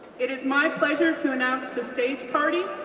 it is my pleasure to announce the stage party,